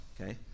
okay